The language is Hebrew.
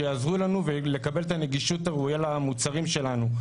שיעזרו לנו לקבל את הנגישות הראויה למוצרים שלנו.